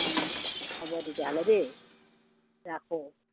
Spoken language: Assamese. অঁ হ'ব তেতিয়াহ'লে দেই ৰাখোঁ